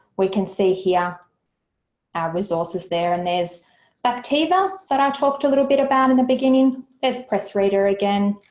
we can see here our resources there and there's factiva that i talked a little bit about in the beginning. there's press reader again.